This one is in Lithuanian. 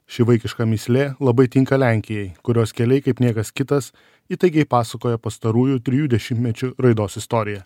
ši vaikiška mįslė labai tinka lenkijai kurios keliai kaip niekas kitas įtaigiai pasakoja pastarųjų trijų dešimtmečių raidos istoriją